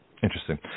Interesting